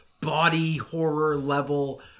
body-horror-level